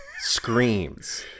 screams